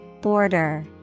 border